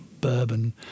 bourbon